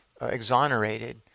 exonerated